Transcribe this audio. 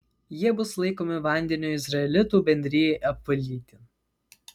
jie bus laikomi vandeniu izraelitų bendrijai apvalyti